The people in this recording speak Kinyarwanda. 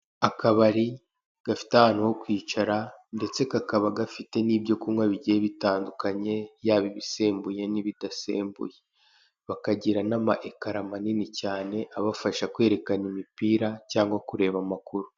Akabari gafite ahantu ho kwicara, ndetse kakaba gafite n'ibyo kunywa bigiye bitandukanye, yaba ibisembuye n'ibidasembuye. Bakagira n'ama ekara manini cyane, abafasha kwerekana imipira cyangwa kureba amakuru.